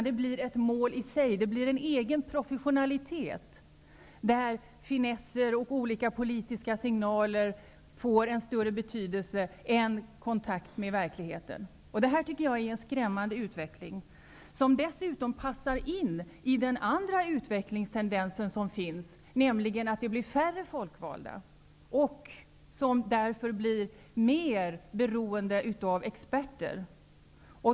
Det blir en professionalism som för med sig att finesser och olika politiska signaler får en större betydelse än kontakt med verkligheten. Det är en skrämmande utveckling. Den passar dessutom in i den andra utvecklingstendensen som finns, nämligen att det blir färre folkvalda, som därför blir mer beroende av experter.